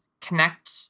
connect